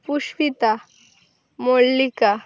Pushpita Mallika